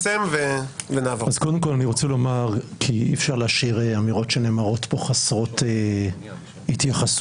אי-אפשר להשאיר אמירות שנאמרות פה חסרות התייחסות.